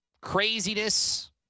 craziness